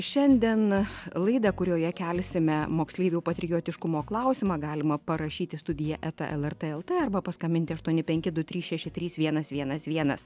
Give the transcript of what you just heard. šiandien laidą kurioje kelsime moksleivių patriotiškumo klausimą galima parašyti studija eta lrt lt arba paskambinti aštuoni penki du trys šeši trys vienas vienas vienas